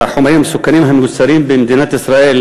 החומרים המסוכנים המיוצרים במדינת ישראל,